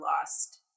lost